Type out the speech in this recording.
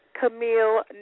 Camille